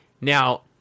Now